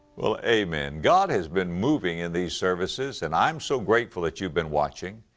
well amen. god has been moving in these services and i'm so grateful that you've been watching.